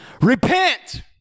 Repent